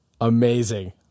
Amazing